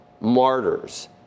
martyrs